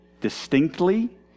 distinctly